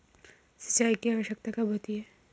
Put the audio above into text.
सिंचाई की आवश्यकता कब होती है?